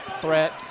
threat